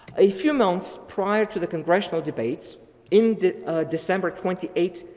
a few months prior to the congressional debates in december twenty eight,